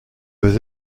vais